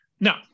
now